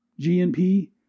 GNP